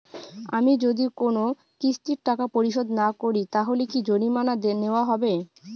আমি যদি কোন কিস্তির টাকা পরিশোধ না করি তাহলে কি জরিমানা নেওয়া হবে?